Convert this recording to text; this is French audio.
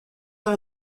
dans